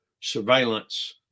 surveillance